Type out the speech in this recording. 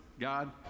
god